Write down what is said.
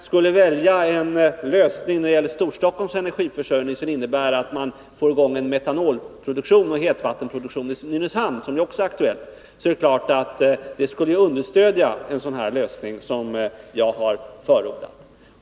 Skulle man när det gäller Storstockholms energiförsörjning välja en lösning som innebär att man får i gång en metanoloch hetvattenproduktion i Nynäshamn, vilket också är aktuellt, är det klart att detta ytterligare skulle tala för den lösning som jag har förordat.